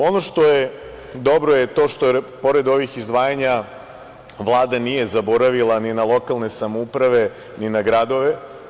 Ono što je dobro, dobro je to što je pored ovih izdvajanja Vlada nije zaboravila ni na lokalne samouprave, ni na gradove.